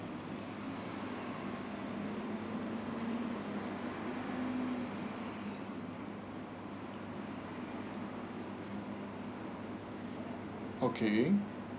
okay